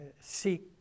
seek